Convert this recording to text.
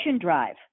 Drive